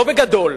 לא בגדול,